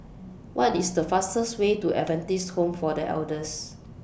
What IS The fastest Way to Adventist Home For The Elders